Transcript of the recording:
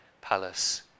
palace